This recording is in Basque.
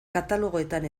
katalogoetan